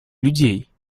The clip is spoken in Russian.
людей